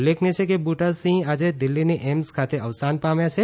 ઉલ્લેખનીય છે કે બુટાસિંહ આજે દિલ્હીની એઇમ્સ ખાતે અવસાન પામ્યા છે